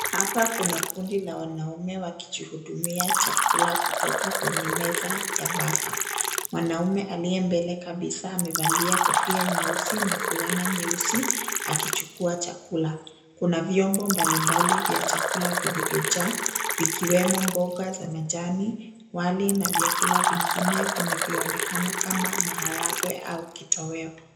Hapa kuna kundi la wanaume wakijihudumia chakula kutoka kwenye meza ya buffer . Mwanamume aliye mbele kabisa amevalia kofia nyeusi na fulani nyeusi akichukua chakula. Kuna vyombo mbalimbali vya chakula vilivyojaa vikiwemo mboga za majani, wali na vyakula vingine vinavyoonekana kama maharagwe au kitoweo.